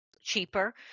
cheaper